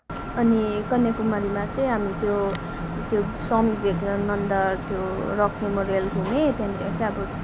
अनि कन्याकुमारीमा चाहिँ हामी त्यो त्यो स्वामी विवेकानन्द त्यो रक मेमोरियल घुम्यौँ त्यहाँनिर चाहिँ अब